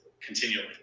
continually